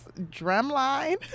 drumline